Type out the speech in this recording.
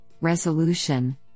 resolution